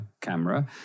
camera